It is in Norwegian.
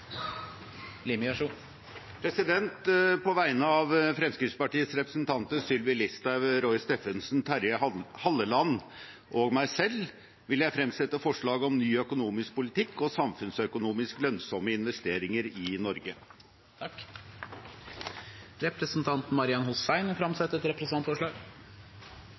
Limi vil framsette et representantforslag. På vegne av Fremskrittspartiets representanter Sylvi Listhaug, Roy Steffensen, Terje Halleland og meg selv vil jeg fremsette et forslag om ny økonomisk politikk og samfunnsøkonomisk lønnsomme investeringer i Norge. Representanten Marian Hussein vil framsette et representantforslag.